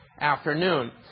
afternoon